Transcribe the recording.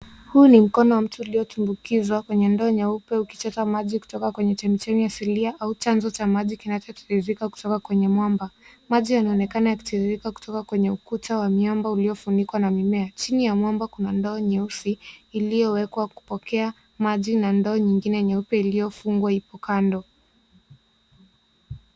Huu ni mkono wa mtu uliotumbukizwa kwenye ndoo nyeupe ukichota maji kutoka kwenye chemichemi asilia au chanzo cha maji kinachotiririka kutoka kwenye mwamba. Maji yanaonekana yakitiririka kutoka kwenye ukuta wa miamba uliofunikwa na mimea. Chini ya mwamba kuna ndoo nyeusi iliyowekwa kupokea maji na ndoo nyingine nyeupe iliyofungwa iko kando.